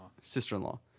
Sister-in-law